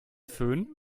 fön